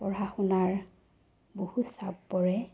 পঢ়া শুনাৰ বহু চাপ পৰে